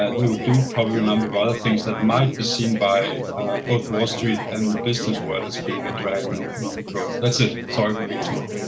they would do probably a number of other things that might be seen by both wall street and the business world as being a drag on economic growth. that's it. sorry for being too